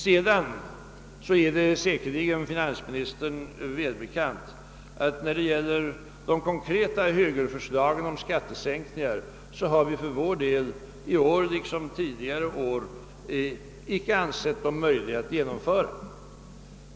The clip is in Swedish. Sedan är det säkerligen finansministern välbekant att när det gäller de konkreta högerförslagen om skattesänkningar har vi för vår del liksom under tidigare år icke ansett dem möjliga att genomföra.